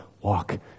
walk